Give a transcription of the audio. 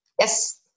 Yes